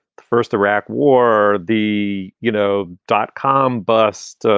first iraq war, the, you know, dot com bust, ah